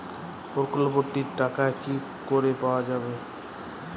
প্রকল্পটি র টাকা কি করে পাওয়া যাবে?